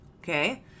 Okay